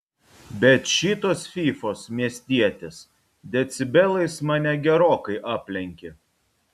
bet šitos fyfos miestietės decibelais mane gerokai aplenkė